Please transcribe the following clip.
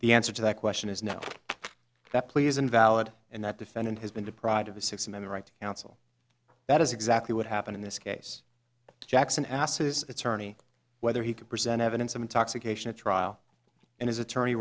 the answer to that question is no that plea is invalid and that defendant has been deprived of the six and the right to counsel that is exactly what happened in this case jackson asked his attorney whether he could present evidence of intoxication at trial and his attorney